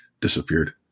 disappeared